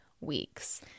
weeks